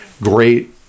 great